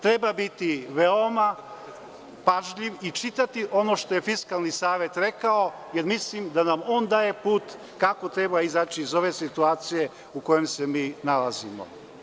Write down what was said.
Treba biti veoma pažljiv i čitati ono što je Fiskalni savet rekao, jer mislim da nam on daje put kako treba izaći iz ove situacije u kojoj se mi nalazimo.